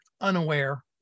unaware